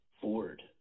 Ford